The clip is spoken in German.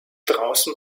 draußen